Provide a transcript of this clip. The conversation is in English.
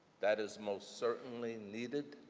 that is most certainly needed,